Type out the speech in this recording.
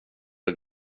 det